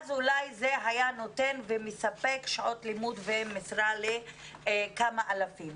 אז אולי זה היה נותן ומספק שעות לימוד ומשרה לכמה אלפים.